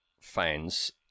fans